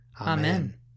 Amen